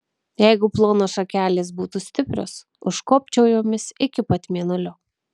jeigu plonos šakelės būtų stiprios užkopčiau jomis iki pat mėnulio